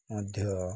ମଧ୍ୟ